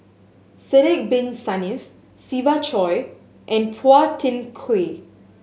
Sidek Bin Saniff Siva Choy and Phua Thin Kiay